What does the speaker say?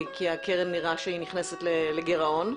כי הקרן נראה שהיא נכנסת לגירעון.